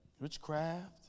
Witchcraft